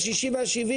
השישים והשבעים,